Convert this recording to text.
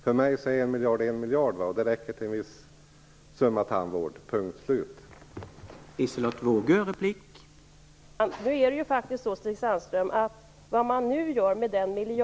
För mig är 1 miljard 1 miljard, och det räcker till en viss summa tandvård - punkt slut.